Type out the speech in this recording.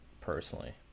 personally